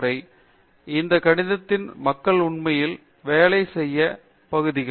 சரி இந்த கணிதத்தில் மக்கள் உண்மையில் வேலை என்று புதிய பகுதிகள்